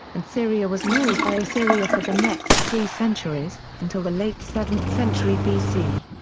and syria was ruled by assyria for the next three centuries, until the late seventh century bc.